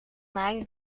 mij